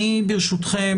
ברשותכם,